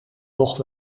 nog